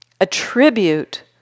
attribute